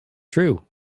true